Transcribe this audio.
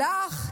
או לָךְ,